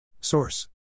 Source